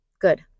Good